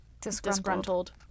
Disgruntled